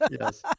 Yes